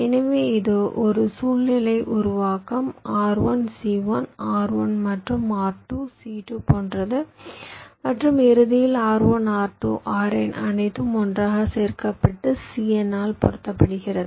எனவே இது ஒரு சுழல்நிலை உருவாக்கம் R1 C1 R1 மற்றும் R2 C2 போன்றது மற்றும் இறுதியில் R1 R2 RN அனைத்தும் ஒன்றாக சேர்க்கப்பட்டு CN ஆல் பெருக்கப்படுகிறது